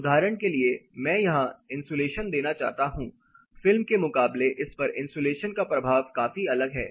उदाहरण के लिए मैं यहां इंसुलेशन देना चाहता हूं फिल्म के मुकाबले इस पर इंसुलेशन का प्रभाव काफी अलग है